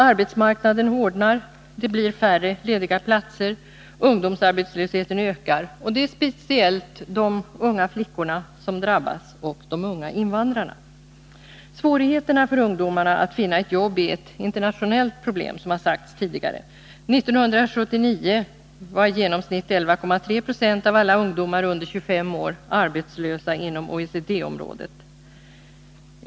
Arbetsmarknaden hårdnar, det blir färre lediga platser, ungdomsarbetslösheten ökar, och det är speciellt de mycket unga flickorna som drabbas och de unga invandrarna. Svårigheterna för ungdomar att finna jobb är ett internationellt problem. År 1979 var i genomsnitt 11,3 20 av alla ungdomar under 25 år arbetslösa inom OECD området.